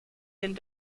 den